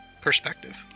perspective